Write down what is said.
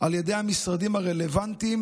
על ידי המשרדים הרלוונטיים,